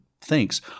thinks